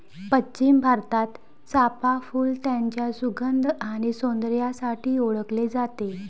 पश्चिम भारतात, चाफ़ा फूल त्याच्या सुगंध आणि सौंदर्यासाठी ओळखले जाते